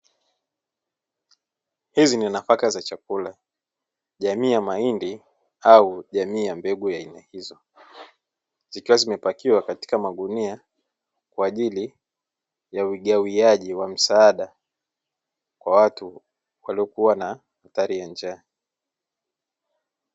Hizi ni nafaka za chakula jamii ya mahindi au jamii ya mbegu ya aina hizo, zikiwa zimepakiwa katika magunia kwa ajili ya kuigawiaji wa msaada kwa watu waliokuwa na athari ya njaa.